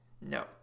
No